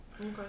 Okay